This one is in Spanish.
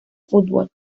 fútbol